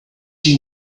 you